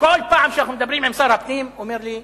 ובכל פעם שאנחנו מדברים עם שר הפנים הוא אומר לי: